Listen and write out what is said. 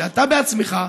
שאתה בעצמך,